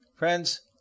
Friends